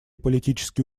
политические